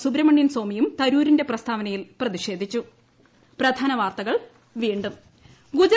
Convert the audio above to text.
സുബ്രഹ്മണ്യൻ സ്വാമിയും തരൂരിന്റെ പ്രസ്താവനയിൽ പ്രതിഷേധിച്ചു